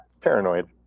paranoid